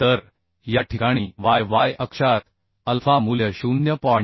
तर या ठिकाणी y y अक्षात अल्फा मूल्य 0